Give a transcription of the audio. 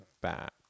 back